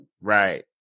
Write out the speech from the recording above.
Right